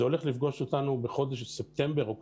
זה הולך לפגוש אותנו בחודשים ספטמבר-אוקטובר